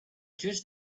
just